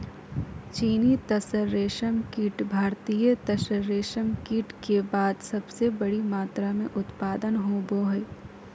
चीनी तसर रेशमकीट भारतीय तसर रेशमकीट के बाद सबसे बड़ी मात्रा मे उत्पादन होबो हइ